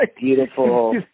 beautiful